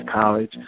college